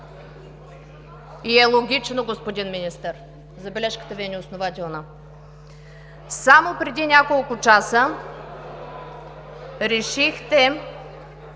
И е логично, господин Министър – забележката Ви е неоснователна. Само преди няколко часа решихте